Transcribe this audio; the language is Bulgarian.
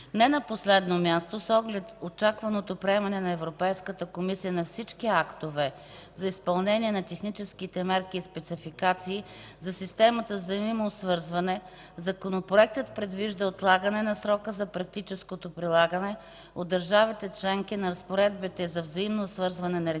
Не на последно място, с оглед очакваното приемане от Европейската комисия на всички актове за изпълнението на техническите мерки и спецификации за системата за взаимно свързване, Законопроектът предвижда отлагане на срока за практическото прилагане от държавите членки на разпоредбите за взаимно свързване на регистрите.